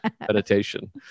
meditation